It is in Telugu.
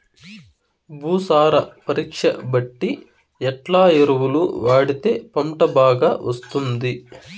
భూసార పరీక్ష బట్టి ఎట్లా ఎరువులు వాడితే పంట బాగా వస్తుంది?